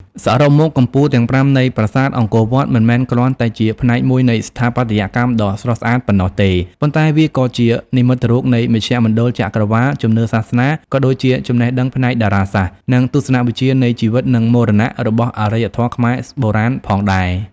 សរុបមក កំពូលទាំងប្រាំនៃប្រាសាទអង្គរវត្ត មិនមែនគ្រាន់តែជាផ្នែកមួយនៃស្ថាបត្យកម្មដ៏ស្រស់ស្អាតប៉ុណ្ណោះទេ ប៉ុន្តែវាក៏ជា និមិត្តរូបនៃមជ្ឈមណ្ឌលចក្រវាឡ ជំនឿសាសនា ក៏ដូចជាចំណេះដឹងផ្នែកតារាសាស្ត្រ និងទស្សនវិជ្ជានៃជីវិត និងមរណៈ របស់អរិយធម៌ខ្មែរបុរាណផងដែរ។